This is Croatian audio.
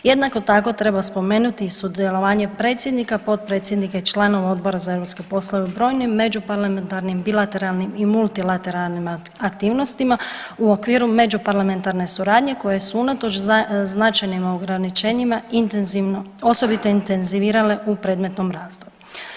Jednako tako treba spomenuti i sudjelovanje predsjednika, potpredsjednika i članova Odbora za europske poslove u brojnim međuparlamentarnim, bilateralnim i multilateralnim aktivnostima u okviru međuparlamentarne suradnje koje su unatoč značajnim ograničenjima intenzivno, osobito intenzivirale u predmetnom razdoblju.